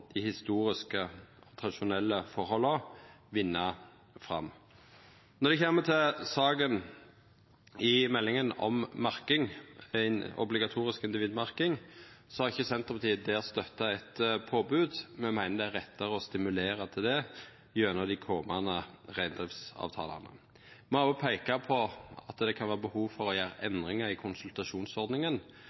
dei historiske, tradisjonelle forholda vinna fram. Når det kjem til saka om merking i meldinga, ei obligatorisk individmerking, har ikkje Senterpartiet støtta eit påbod der. Me meiner det er rettare å stimulera til det gjennom dei komande reindriftsavtalane. Me har òg peika på at det kan vera behov for å gjera endringar i konsultasjonsordninga